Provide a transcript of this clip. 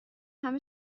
همه